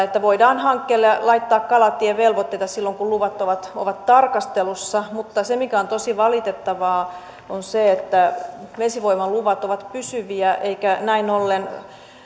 että voidaan hankkeille laittaa kalatievelvoitteita silloin kun luvat ovat ovat tarkastelussa mutta se mikä on tosi valitettavaa on se että vesivoimaluvat ovat pysyviä eikä näin ollen